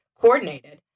coordinated